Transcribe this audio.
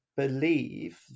Believe